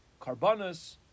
carbonus